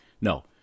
No